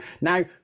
Now